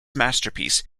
masterpiece